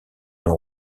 nom